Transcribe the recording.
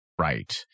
right